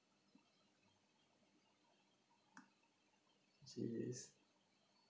she is